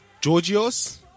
Georgios